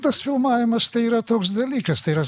tas filmavimas tai yra toks dalykas tai yra